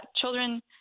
children